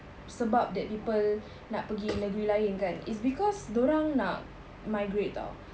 sebab that people nak pergi negeri lain kan is because dorang nak migrate [tau]